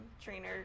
trainer